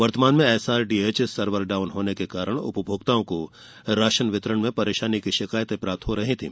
वर्तमान में SRDH server down होने के कारण उपभोक्ताओं को राशन वितरण में परेशानी की शिकायतें प्राप्त हो रही थी